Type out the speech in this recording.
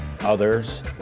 Others